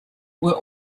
were